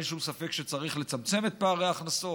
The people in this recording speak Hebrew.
ואין שום ספק שצריך לצמצם את פערי ההכנסות,